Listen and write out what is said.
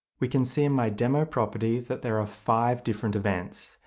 we can see in my demo property, that there are five different events.